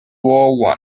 war